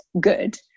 good